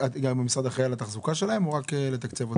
והמשרד גם אחראי על התחזוקה שלהם או רק לתקצב אותם?